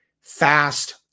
fast